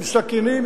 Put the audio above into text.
עם סכינים,